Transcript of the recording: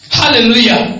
hallelujah